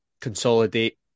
consolidate